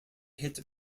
hit